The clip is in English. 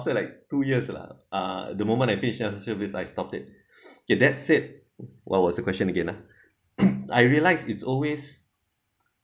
like two years liao lah uh the moment I paid service I stopped it okay that's it what was the question again ah I realized it's always